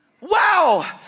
Wow